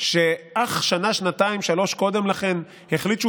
שאך שנה-שנתיים-שלוש קודם לכן החליט שהוא